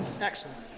Excellent